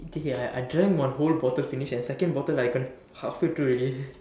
okay okay I I drank my whole bottle finish and second bottle I can halfway through ready